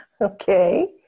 Okay